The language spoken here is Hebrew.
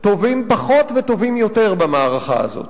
טובים פחות וטובים יותר, במערכה הזאת.